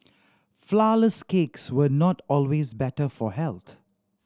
flourless cakes were not always better for health